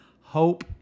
hope